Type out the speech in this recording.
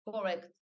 correct